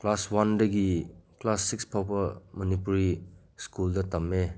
class ꯋꯥꯟꯗꯒꯤ class six ꯐꯥꯎꯕ ꯃꯅꯤꯄꯨꯔꯤ ꯁ꯭ꯀꯨꯜꯗ ꯇꯝꯃꯦ